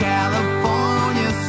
California